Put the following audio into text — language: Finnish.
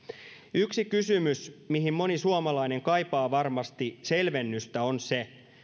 yksi kysymys mihin moni suomalainen kaipaa varmasti selvennystä on